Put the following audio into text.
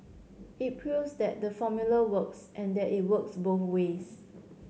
it proves that the formula works and that it works both ways